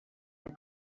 and